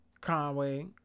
Conway